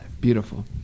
Beautiful